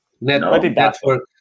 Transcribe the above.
Network